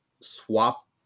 swap